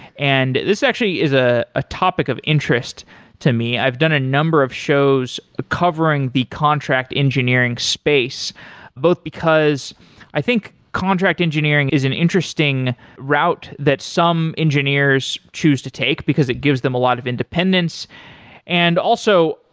and this actually is ah a topic of interest to me. i've done a number of shows covering the contract engineering space both because i think contract engineering is an interesting route that some engineers choose to take because it gives them a lot of and and also,